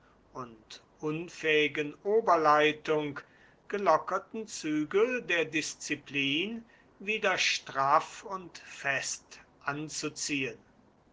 und unfähigen oberleitung gelockerten zügel der disziplin wieder straff und fest anzuziehen